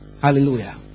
Hallelujah